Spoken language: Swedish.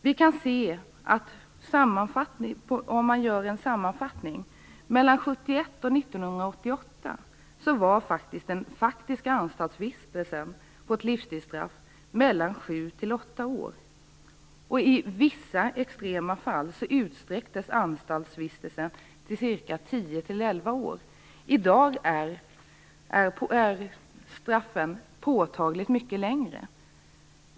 Om man gör en sammanfattning kan man se att mellan 1971 och 1988 7-8 år. I vissa extrema fall utsträcktes anstaltsvistelsen till 10-11 år. I dag är straffen påtagligt längre.